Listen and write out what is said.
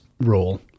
role